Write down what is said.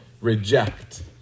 reject